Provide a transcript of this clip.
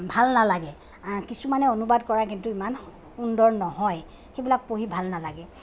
ভাল নালাগে কিছুমানে অনুবাদ কৰে কিন্তু ইমান সুন্দৰ নহয় সেইবিলাক পঢ়ি ভাল নালাগে